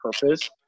purpose